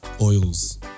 oils